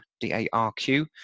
D-A-R-Q